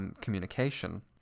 communication